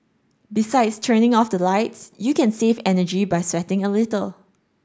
besides turning off the lights you can save energy by sweating a little